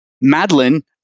Madeline